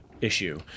issue